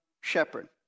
shepherd